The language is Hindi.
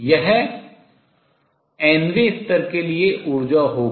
और यह nवें स्तर के लिए ऊर्जा होगी